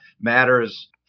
matters